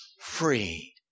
free